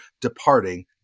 departing